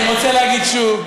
אני רוצה להגיד שוב,